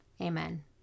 Amen